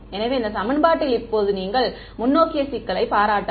எனவே இந்த சமன்பாட்டில் இப்போது நீங்கள் முன்னோக்கிய சிக்கலைப் பாராட்டலாம்